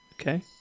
Okay